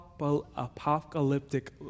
apocalyptic